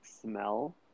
smell